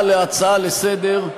ההצעה להצעה לסדר-היום,